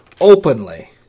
openly